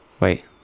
Wait